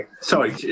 sorry